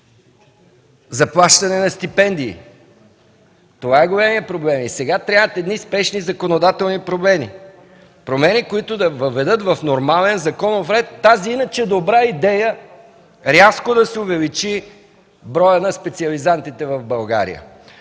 заплащане на стипендии. Това е големият проблем. Сега трябват едни спешни законодателни промени. Промени, които да въведат в нормален законов ред тази иначе добра идея – рязко да се увеличи броят на специализантите в България.